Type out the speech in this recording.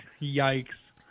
Yikes